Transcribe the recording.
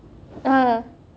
ah